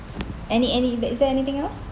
any any is there anything else